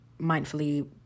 mindfully